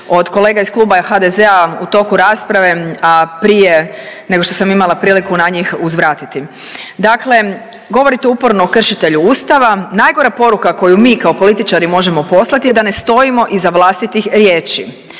od kolega iz Kluba HDZ-a u toku rasprave, a prije nego što sam imala priliku na njih uzvratiti. Dakle govorite uporno o kršitelju ustava, najgora poruka koju mi kao političari možemo poslati je da ne stojimo iza vlastitih riječi